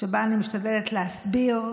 מדי שנה,